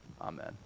Amen